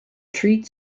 treat